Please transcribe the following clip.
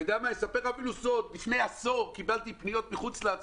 אספר אפילו סוד: לפני עשור קיבלתי פניות מחוץ לארץ